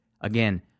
Again